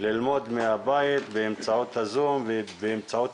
ללמוד מהבית באמצעות הזום ובאמצעות